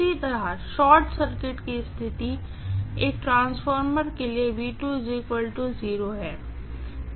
उसी तरह short circuit की स्थिति एक ट्रांसफार्मर के लिए है